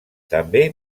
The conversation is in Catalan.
també